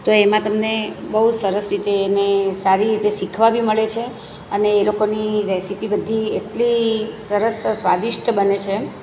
તો એમાં તમને બહુ સરસ રીતે એને સારી રીતે શીખવા બી મળે છે અને એ લોકોની રેસેપિ બધી એટલી સરસ સ્વાદિષ્ટ બને છે